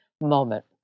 moment